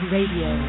Radio